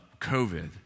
COVID